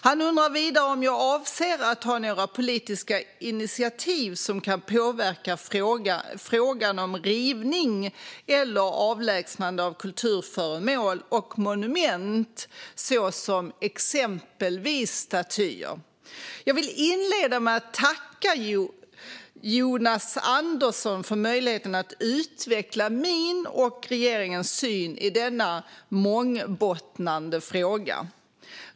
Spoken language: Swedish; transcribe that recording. Han undrar vidare om jag avser att ta några politiska initiativ som kan påverka frågan om rivning eller avlägsnande av kulturföremål och monument såsom exempelvis statyer. Jag vill inleda med att tacka Jonas Andersson för möjligheten att utveckla min och regeringens syn i denna mångbottnade fråga.